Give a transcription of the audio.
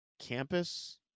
campus